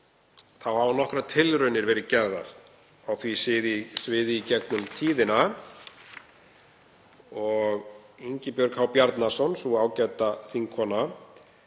þá hafa nokkrar tilraunir verið gerðar á því sviði í gegnum tíðina. Ingibjörg H. Bjarnason, sú ágæta þingkona,